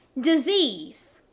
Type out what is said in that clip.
disease